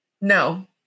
No